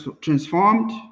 transformed